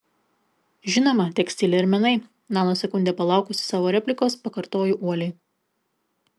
žinoma tekstilė ir menai nanosekundę palaukusi savo replikos pakartoju uoliai